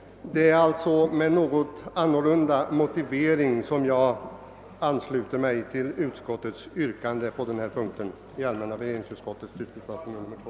Det är alltså med något annorlunda motivering som jag ansluter mig till utskottets hemställan i allmänna beredningsutskottets utlåtande nr 2.